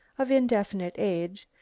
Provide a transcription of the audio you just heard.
of indefinite age,